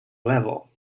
level